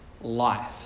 life